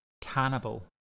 Cannibal